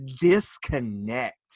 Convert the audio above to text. disconnect